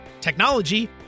technology